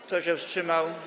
Kto się wstrzymał?